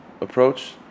approach